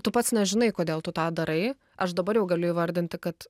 tu pats nežinai kodėl tu tą darai aš dabar jau galiu įvardinti kad